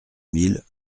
mille